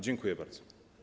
Dziękuję bardzo.